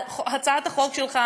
הצעת החוק שלך,